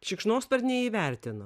šikšnosparniai įvertino